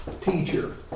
teacher